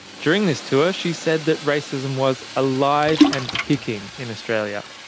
during this tour she said that racism was alive and kicking in australia.